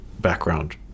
background